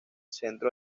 centro